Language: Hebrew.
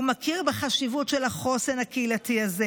הוא מכיר בחשיבות של החוסן הקהילתי הזה